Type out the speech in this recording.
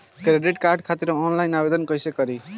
Credit card खातिर online आवेदन कइसे करि?